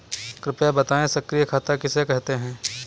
कृपया बताएँ सक्रिय खाता किसे कहते हैं?